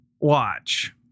watch